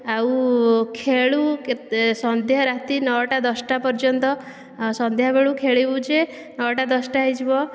ଆଉ ଖେଳୁ ସନ୍ଧ୍ୟା ରାତି ନ ଟା ଦଶ ଟା ପର୍ଯ୍ୟନ୍ତ ସନ୍ଧ୍ୟା ବେଳୁ ଖେଳିବୁ ଯେ ନ'ଟା ଦଶଟା ହୋଇଯିବ